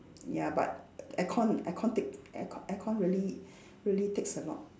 ya but aircon aircon take aircon aircon really really takes a lot